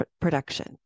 production